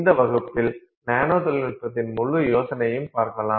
இந்த வகுப்பில் நானோ தொழில்நுட்பத்தின் முழு யோசனையும் பார்க்கலாம்